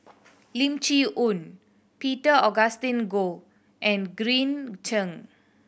Lim Chee Onn Peter Augustine Goh and Green Zeng